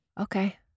Okay